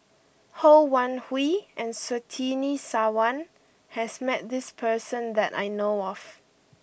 Ho Wan Hui and Surtini Sarwan has met this person that I know of